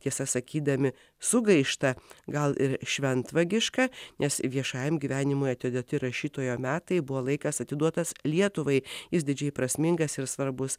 tiesa sakydami sugaišta gal ir šventvagiška nes viešajam gyvenimui atidėti rašytojo metai buvo laikas atiduotas lietuvai jis didžiai prasmingas ir svarbus